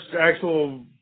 actual